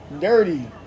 Dirty